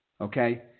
okay